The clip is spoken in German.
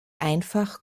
einfach